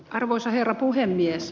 arvoisa herra puhemies